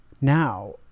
Now